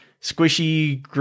Squishy